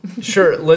Sure